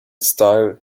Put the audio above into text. style